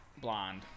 Blonde